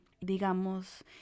digamos